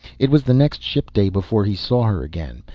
it was the next shipday before he saw her again,